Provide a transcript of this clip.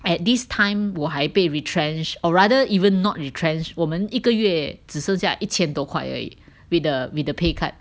at this time 我还被 retrenched or rather even not retrenched 我们一个月只剩下一千多块而已 with the with the pay cut